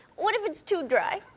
what if it's too dry?